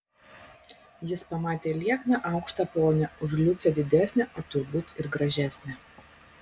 jis pamatė liekną aukštą ponią už liucę didesnę o turbūt ir gražesnę